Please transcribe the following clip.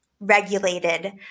regulated